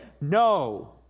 no